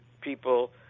people